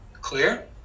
Clear